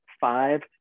five